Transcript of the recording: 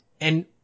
and-